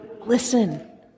listen